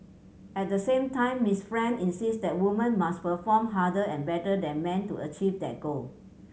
at the same time Miss Frank insist that women must perform harder and better than men to achieve that goal